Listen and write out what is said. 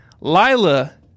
Lila